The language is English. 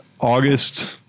August